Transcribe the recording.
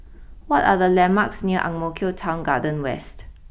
what are the landmarks near Ang Mo Kio Town Garden West